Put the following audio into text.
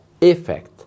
effect